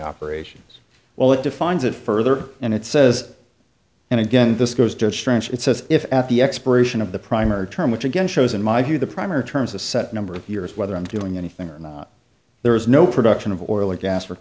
operations well it defines it further and it says and again this goes just strange it says if at the expiration of the primary term which again shows in my view the primary terms a set number of years whether i'm doing anything or not there is no production of oil or gas wor